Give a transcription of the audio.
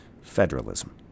federalism